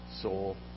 soul